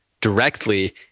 directly